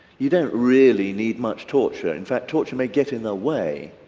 you don't really need much torture. in fact torture may get in the way,